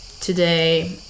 today